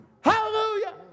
Hallelujah